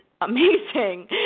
amazing